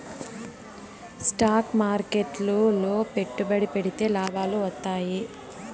stock మార్కెట్లు లో పెట్టుబడి పెడితే లాభాలు వత్తాయి